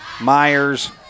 Myers